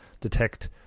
detect